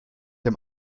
dem